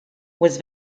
was